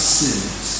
sins